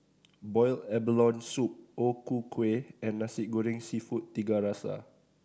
boiled abalone soup O Ku Kueh and Nasi Goreng Seafood Tiga Rasa